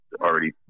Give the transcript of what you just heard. already